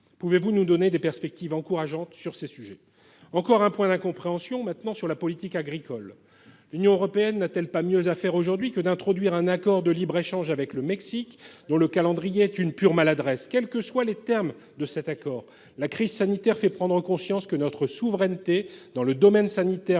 Pouvez-vous nous donner des perspectives encourageantes sur ces sujets ? Encore un point d'incompréhension, maintenant, sur la politique agricole. L'Union européenne n'a-t-elle pas mieux à faire aujourd'hui que d'introduire un accord de libre-échange avec le Mexique, dont le calendrier est une pure maladresse ? C'est évident ! Quels que soient les termes de cet accord, la crise sanitaire a fait prendre conscience que notre souveraineté dans les domaines tant sanitaire